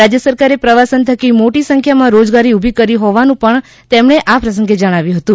રાજ્ય સરકારે પ્રવાસન થકી મોટી સંખ્યામાં રોજગારી ઊભી કરી હોવાનું પણ તેમણે જણાવ્યું હતું